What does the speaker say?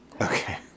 Okay